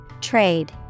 Trade